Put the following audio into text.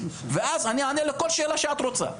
ואז אני אענה לכל שאלה שאת רוצה.